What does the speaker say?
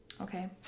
Okay